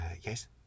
yes